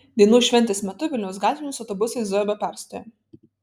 dainų šventės metu vilniaus gatvėmis autobusai zujo be perstojo